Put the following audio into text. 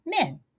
men